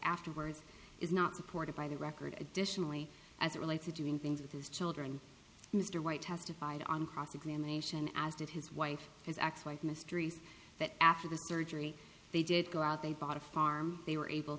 afterwards is not supported by the record additionally as it relates to doing things with his children mr white testified on cross examination as did his wife his ex wife mysteries that after the surgery they did go out they bought a farm they were able